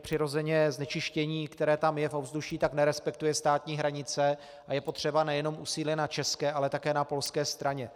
Přirozeně znečištění, které tam v ovzduší je, nerespektuje státní hranice a je potřeba nejenom úsilí na české, ale také na polské straně.